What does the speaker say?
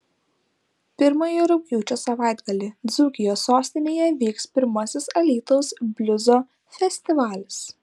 pirmąjį rugpjūčio savaitgalį dzūkijos sostinėje vyks pirmasis alytaus bliuzo festivalis